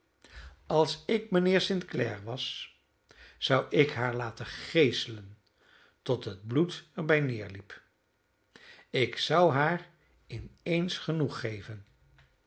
als ik mijnheer st clare was zou ik haar laten geeselen tot het bloed er bij neerliep ik zou haar in eens genoeg geven